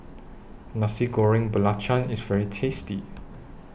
Nasi Goreng Belacan IS very tasty